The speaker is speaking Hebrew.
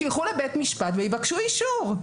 שילכו לבית משפט ויבקשו אישור.